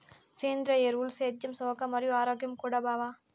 సేంద్రియ ఎరువులు సేద్యం సవక మరియు ఆరోగ్యం కూడా బావ